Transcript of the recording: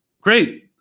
Great